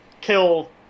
kill